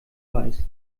weiß